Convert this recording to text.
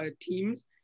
teams